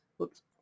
Oops